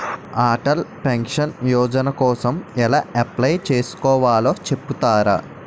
Atal pension Yojana కోసం ఎలా apply చేసుకోవాలో చెపుతారా?